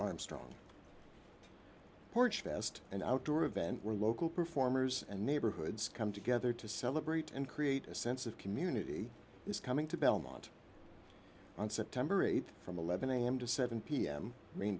armstrong porch past an outdoor event where local performers and neighborhoods come together to celebrate and create a sense of community is coming to belmont on september th from eleven am to seven pm rain